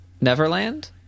neverland